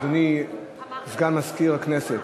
אדוני, סגן מזכיר הכנסת,